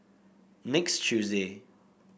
next tuesday